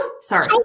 Sorry